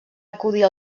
acudir